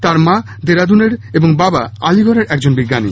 তাঁর মা দেরাদুনের এবং বাবা আলিগড়ের একজন বিজ্ঞানী